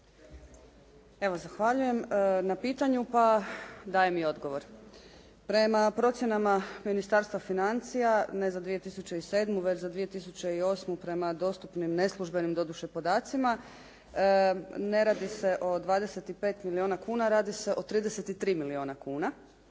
Zahvaljujem na pitanju. Dajem i odgovor. Prema procjenama Ministarstva financija ne za 2007. već za 2008. prema dostupnim neslužbenim doduše podacima ne radi se o 25 milijuna kuna, radi se o 33 milijuna kuna.